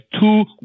two